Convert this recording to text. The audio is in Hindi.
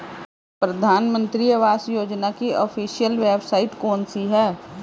प्रधानमंत्री आवास योजना की ऑफिशियल वेबसाइट कौन सी है?